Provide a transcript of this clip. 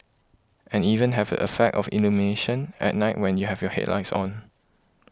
and even have a effect of illumination at night when you have your headlights on